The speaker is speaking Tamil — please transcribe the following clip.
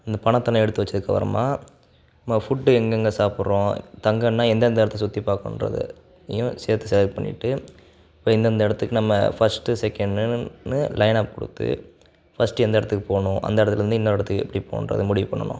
இந்த பணம் தனியாக எடுத்து வைச்சதுக்கு அப்புறமா நம்ம ஃபுட்டு எங்கங்கே சாப்பிட்றோம் தங்கணுன்னா எந்தெந்த இடத்த சுற்றி பார்க்கணுன்றது இதையும் சேர்த்து செலக்ட் பண்ணிவிட்டு இப்போ இந்தெந்த இடத்துக்கு நம்ம ஃபஸ்ட்டு செகெண்டுனு லைன்அப் கொடுத்து ஃபஸ்ட்டு எந்த இடத்துக்குப் போகணும் அந்த இடத்துல இருந்து என்ன இடத்துக்கு எப்படி போகணுன்றத முடிவு பண்ணணும்